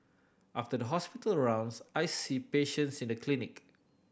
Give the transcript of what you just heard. after the hospital rounds I see patients in the clinic